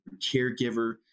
caregiver